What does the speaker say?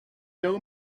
know